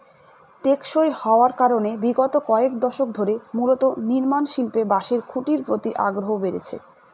টেকসই হওয়ার কারনে বিগত কয়েক দশক ধরে মূলত নির্মাণশিল্পে বাঁশের খুঁটির প্রতি আগ্রহ বেড়েছে